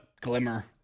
glimmer